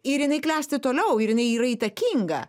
ir jinai klesti toliau ir jinai yra įtakinga